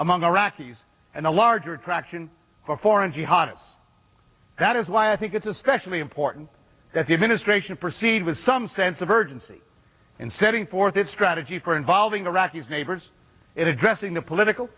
among iraqis and a larger attraction for foreign jihadists that is why i think it's especially important that the administration proceed with some sense of urgency in setting forth its strategy for involving iraqis neighbors and addressing the political